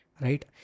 Right